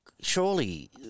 surely